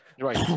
right